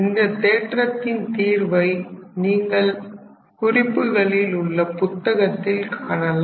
இந்த தேற்றத்தின் தீர்வை நீங்கள் குறிப்புகளில் உள்ள புத்தகத்தில் காணலாம்